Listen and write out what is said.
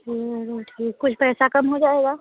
चलो ठीक कुछ पैसा कम हो जाएगा